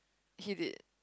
he did